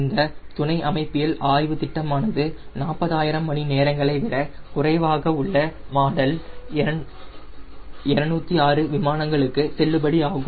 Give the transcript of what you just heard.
இந்த துணை அமைப்பியல் திட்டமானது 40000 மணி நேரங்களை விட குறைவாக உள்ள மாடல் 206 விமானங்களுக்கு செல்லுபடி ஆகும்